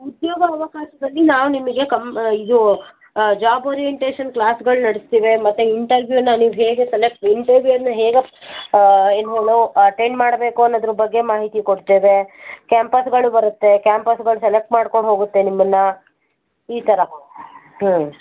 ಉದ್ಯೋಗ ಅವಕಾಶದಲ್ಲಿ ನಾವು ನಿಮಗೆ ಕಮ್ ಇದು ಜಾಬ್ ಓರಿಯೆಂಟೇಷನ್ ಕ್ಲಾಸ್ಗಳು ನಡೆಸ್ತೇವೆ ಮತ್ತು ಇಂಟರ್ವ್ಯೂವನ್ನ ನೀವು ಹೇಗೆ ಸೆಲೆಕ್ಟ್ ಇಂಟರ್ವ್ಯೂವನ್ನು ಹೇಗಪ್ಪ ಏನು ಹೇಳು ಅಟೆಂಡ್ ಮಾಡಬೇಕು ಅನ್ನೋದ್ರ ಬಗ್ಗೆ ಮಾಹಿತಿ ಕೊಡ್ತೇವೆ ಕ್ಯಾಂಪಸ್ಗಳು ಬರುತ್ತೆ ಕ್ಯಾಂಪಸ್ಗಳು ಸೆಲೆಕ್ಟ್ ಮಾಡ್ಕೊಂಡು ಹೋಗುತ್ತೆ ನಿಮ್ಮನ್ನು ಈ ಥರ ಹ್ಞೂ